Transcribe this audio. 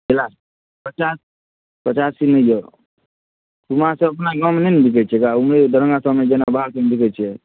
किए पचासी नहि लेब ओना तऽ अपना गावँ मे नहि ने बिकै छै बनिआँ सबमे बाहर मे बिकै छै